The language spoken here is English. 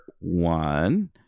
One